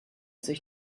sich